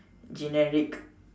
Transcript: generic